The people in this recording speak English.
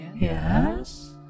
Yes